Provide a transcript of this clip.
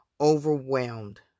overwhelmed